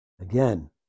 Again